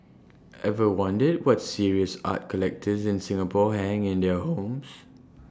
ever wondered what serious art collectors in Singapore hang in their homes